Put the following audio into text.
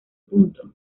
punto